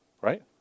Right